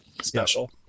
special